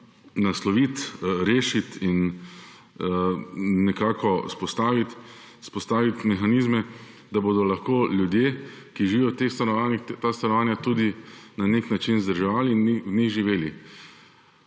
nasloviti, rešiti in vzpostaviti mehanizme, da bodo lahko ljudje, ki živijo v teh stanovanjih, ta stanovanja na nek način vzdrževali in v njih živeli.